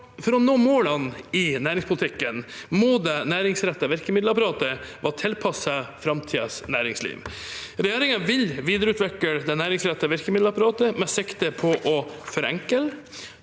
For å nå målene i næringspolitikken må det næringsrettede virkemiddelapparatet være tilpasset framtidens næringsliv. Regjeringen vil videreutvikle det næringsrettede virkemiddelapparatet med sikte på å forenkle,